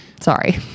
Sorry